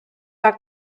are